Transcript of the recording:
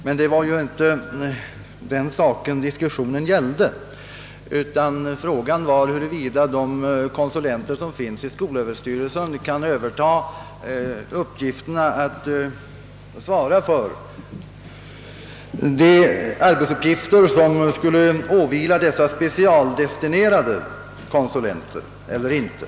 Men det är ju inte den saken diskussionen gäller, utan frågan är huruvida konsulenternaiskolöverstyrelsen kan överta och svara för de arbetsuppgifter som skulle åvila de specialdestinerade konsulenterna eller inte.